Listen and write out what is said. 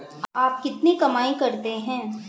आप कितनी कमाई करते हैं?